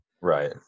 Right